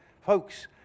Folks